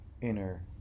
inner